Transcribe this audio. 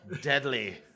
deadly